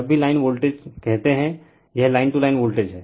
जब भी line voltage कहते हैं यह लाइन टू लाइन वोल्टेज है